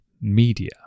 media